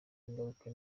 ingaruka